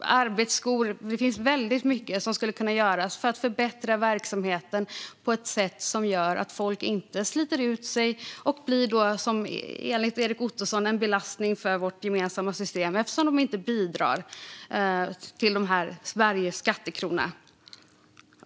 arbetsskor - det finns väldigt mycket som skulle kunna göras för att förbättra verksamheten på ett sätt som gör att folk inte sliter ut sig och, enligt Erik Ottoson, blir en belastning för vårt gemensamma system eftersom de inte bidrar till varje skattekrona.